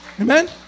Amen